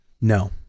No